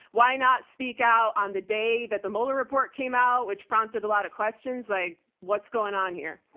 why not speak out on the day that the mueller report came out, which prompted a lot of questions like what's going on here?